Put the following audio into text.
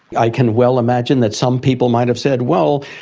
i can well imagine that some people might have said, well,